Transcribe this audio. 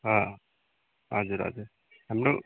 ह हजुर हजुर हाम्रो